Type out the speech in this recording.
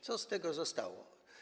Co z tego zostało?